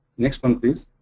next one, please.